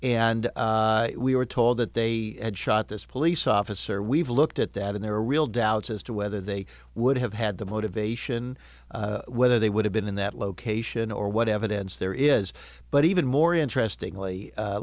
and we were told that they had shot this police officer we've looked at that and there are real doubts as to whether they would have had the motivation whether they would have been in that location or what evidence there is but even more interesting